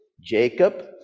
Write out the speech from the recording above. Jacob